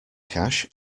cache